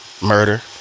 murder